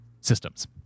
systems